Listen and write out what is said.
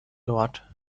dort